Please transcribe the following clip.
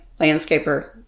landscaper